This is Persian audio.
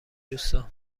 دوستان